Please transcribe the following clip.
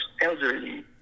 elderly